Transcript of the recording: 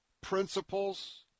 principles